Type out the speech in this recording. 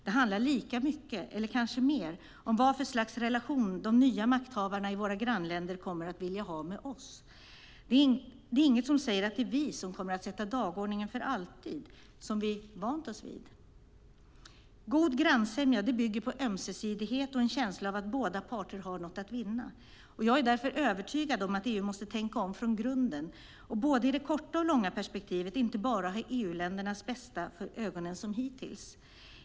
Det handlar lika mycket, eller kanske mer, om vad för slags relation de nya makthavarna i våra grannländer kommer att vilja ha med oss. Det är inget som säger att det är vi som kommer att sätta dagordningen för alltid, som vi har vant oss vid. God grannsämja bygger på ömsesidighet och en känsla av att båda parter har något att vinna. Jag är därför övertygad om att EU måste tänka om från grunden och varken i det korta eller långa perspektivet bara ha EU-ländernas bästa för ögonen, som hittills.